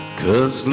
cause